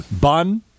Bun